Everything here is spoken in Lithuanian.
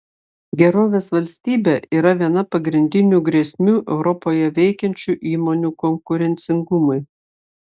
gerovės valstybė yra viena pagrindinių grėsmių europoje veikiančių įmonių konkurencingumui